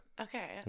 Okay